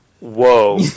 Whoa